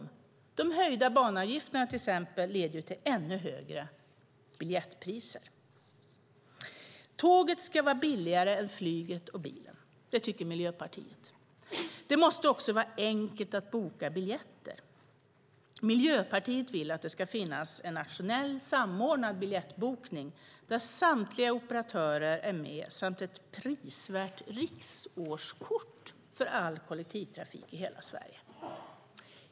Exempelvis leder de höjda banavgifterna till ännu högre biljettpriser. Tåget ska vara billigare än flyget och bilen. Det tycker Miljöpartiet. Det måste också vara enkelt att boka biljetter. Miljöpartiet vill att det ska finnas en nationell, samordnad biljettbokning där samtliga operatörer är med samt ett prisvärt riksårskort för all kollektivtrafik i hela Sverige.